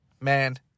man